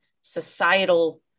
societal